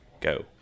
go